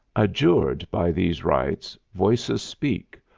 adjured by these rites, voices speak,